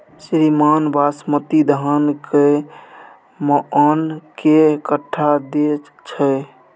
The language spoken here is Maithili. श्रीमान बासमती धान कैए मअन के कट्ठा दैय छैय?